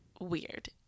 weird